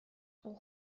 اوه